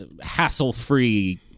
hassle-free